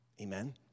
Amen